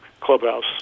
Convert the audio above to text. clubhouse